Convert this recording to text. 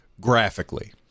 graphically